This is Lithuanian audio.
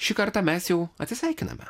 šį kartą mes jau atsisveikiname